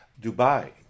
Dubai